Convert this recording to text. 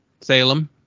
Salem